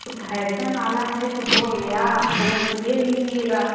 fashion वाला है तो हो गया आप समझ कर ले लीजिएगा